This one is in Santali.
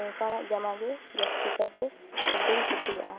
ᱚᱱᱠᱟᱱᱟᱜ ᱡᱟᱢᱟ ᱜᱮ ᱡᱟᱹᱥᱛᱤ ᱠᱟᱭᱛᱮ ᱤᱧᱫᱩᱧ ᱠᱤᱥᱤᱭᱟᱜᱼᱟ